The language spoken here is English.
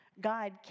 God